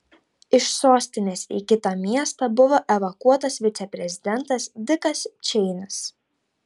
iš sostinės į kitą miestą buvo evakuotas viceprezidentas dikas čeinis